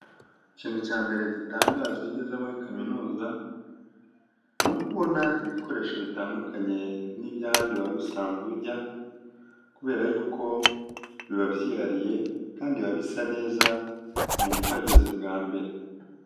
Ikintu cya mbere gitangaza iyo ugeze muri kaminuza, ni uko kubona ibikoresho bitandukanye n'iby'ahandi wari usanzwe ujya kubera yuko biba byihariye kandi biba bisa neza ku muntu uhageze bwa mbere.